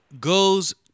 goes